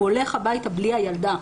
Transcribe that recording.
הוא הולך הביתה בלי הילדה.